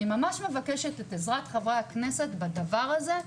אני ממש מבקשת את עזרת חברי הכנסת בדבר הזה.